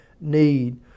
need